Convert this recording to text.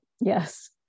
yes